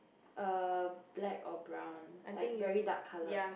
err black or brown like very dark coloured